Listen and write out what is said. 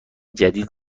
جدید